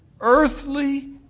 earthly